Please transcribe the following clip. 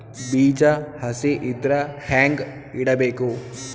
ಬೀಜ ಹಸಿ ಇದ್ರ ಹ್ಯಾಂಗ್ ಇಡಬೇಕು?